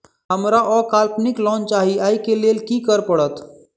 हमरा अल्पकालिक लोन चाहि अई केँ लेल की करऽ पड़त?